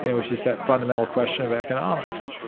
and which is that fundamental question of economics.